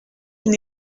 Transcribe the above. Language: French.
une